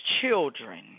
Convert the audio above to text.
children